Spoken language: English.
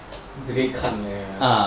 只可以看而已